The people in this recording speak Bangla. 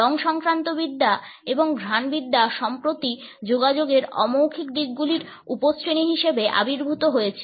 রং সংক্রান্ত বিদ্যা এবং ঘ্রাণবিদ্যা সম্প্রতি যোগাযোগের অ মৌখিক দিকগুলির উপশ্রেণি হিসাবে আবির্ভূত হয়েছে